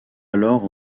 alors